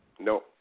No